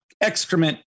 excrement